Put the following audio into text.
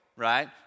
Right